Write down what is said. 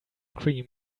cream